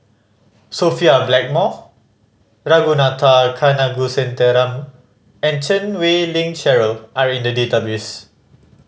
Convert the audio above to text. Sophia Blackmore Ragunathar Kanagasuntheram and Chan Wei Ling Cheryl are in the database